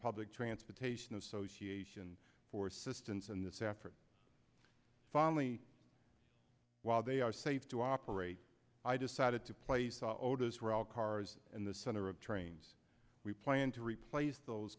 public transportation association for assistance in this effort finally while they are safe to operate i decided to place all odos for all cars in the center of trains we plan to replace those